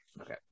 okay